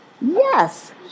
Yes